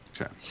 Okay